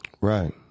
Right